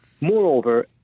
Moreover